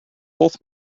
both